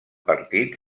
partits